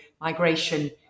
migration